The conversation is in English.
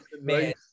man